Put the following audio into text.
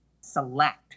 select